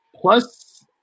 plus